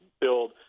build